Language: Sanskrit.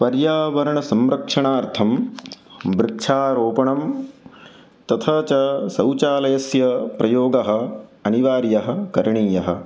पर्यावरणसंरक्षणार्थं वृक्षारोपणं तथा च शौचालयस्य प्रयोगः अनिवार्यः करणीयः